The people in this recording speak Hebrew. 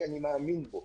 כי אני מאמין בזה.